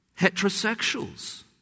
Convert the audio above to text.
Heterosexuals